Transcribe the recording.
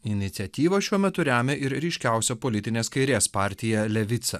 iniciatyvą šiuo metu remia ir ryškiausia politinės kairės partija levica